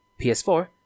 PS4